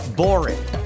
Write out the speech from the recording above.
boring